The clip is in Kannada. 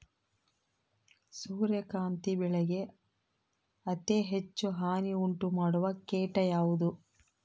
ಸೂರ್ಯಕಾಂತಿ ಬೆಳೆಗೆ ಅತೇ ಹೆಚ್ಚು ಹಾನಿ ಉಂಟು ಮಾಡುವ ಕೇಟ ಯಾವುದು?